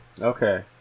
Okay